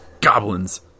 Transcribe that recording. Goblins